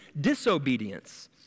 disobedience